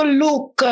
look